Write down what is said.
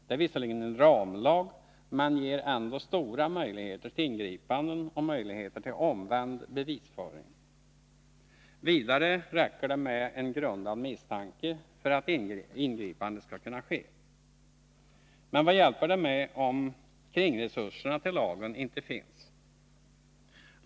Den är visserligen en ramlag men ger ändå stora möjligheter till ingripanden och möjlighet till omvänd bevisföring. Vidare räcker det med en grundad misstanke för att ingripande skall kunna ske. Men vad hjälper allt detta, om kringresurserna till lagen inte finns?